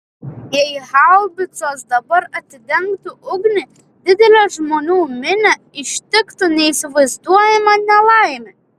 jei haubicos dabar atidengtų ugnį didelę žmonių minią ištiktų neįsivaizduojama nelaimė